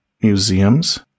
museums